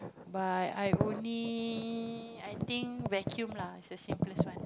but I only I think vacuum lah it's the same this one